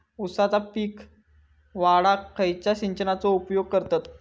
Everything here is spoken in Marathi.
ऊसाचा पीक वाढाक खयच्या सिंचनाचो उपयोग करतत?